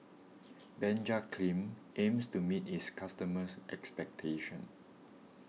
Benzac Cream aims to meet its customers' expectations